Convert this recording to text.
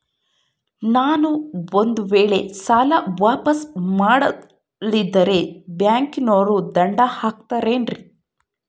ನಾನು ಒಂದು ವೇಳೆ ಸಾಲ ವಾಪಾಸ್ಸು ಮಾಡಲಿಲ್ಲಂದ್ರೆ ಬ್ಯಾಂಕನೋರು ದಂಡ ಹಾಕತ್ತಾರೇನ್ರಿ?